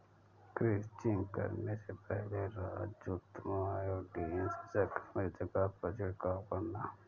crutching करने से पहले राजू तुम आयोडीन से संक्रमित जगह पर छिड़काव करना